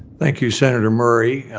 thank you, senator murray.